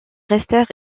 restèrent